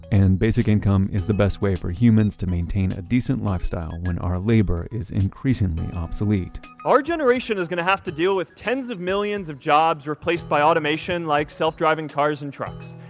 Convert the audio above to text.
and basic income is the best way for humans to maintain a decent lifestyle when our labor is increasingly obsolete our generation is going to have to deal with tens of millions of jobs replaced by automation like self-driving cars and trucks.